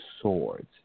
Swords